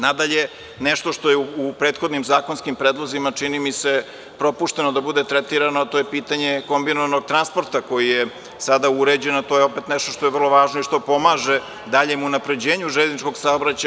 Nadalje, nešto što je u prethodnim zakonskim predlozima, čini mi se, propušteno da bude tretirano, a to je pitanje kombinovanog transporta koje je sada uređeno a to je opet nešto što je vrlo važno i što pomaže daljem unapređenju železničkog saobraćaja.